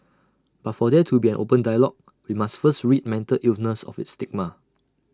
but for there to be an open dialogue we must first rid mental illness of its stigma